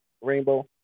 Rainbow